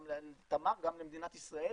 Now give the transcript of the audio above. גם לתמר, גם למדינת ישראל,